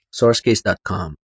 Sourcecase.com